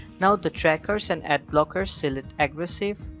now the trackers and ad blockers. select aggressive.